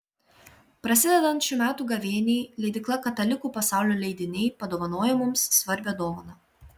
prasidedant šių metų gavėniai leidykla katalikų pasaulio leidiniai padovanojo mums svarbią dovaną